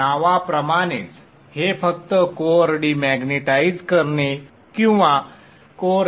नावाप्रमाणेच हे फक्त कोअर डिमॅग्नेटाइझ करणे किंवा कोअर रीसेट करण्याचे काम करते